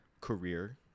career